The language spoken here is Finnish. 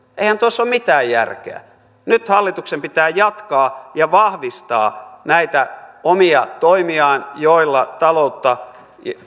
eihän tuossa ole mitään järkeä nyt hallituksen pitää jatkaa ja vahvistaa näitä omia toimiaan joilla taloutta